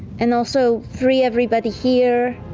and also free everybody here.